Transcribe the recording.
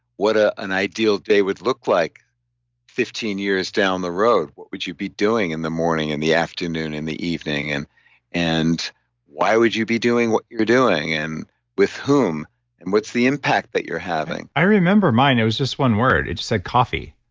what ah an ideal day would look like fifteen years down the road, what would you be doing in the morning, in the afternoon, in the evening? and and why would you be doing what you're doing and with whom and what's the impact that you're having? i remember mine. it was one word, it said coffee